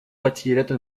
bachillerato